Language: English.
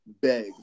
beg